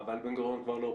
נמצא.